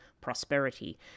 prosperity